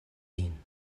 vin